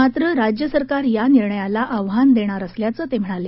मात्र राज्यसरकार या निणर्याला आव्हान देणार असल्याचं ते म्हणाले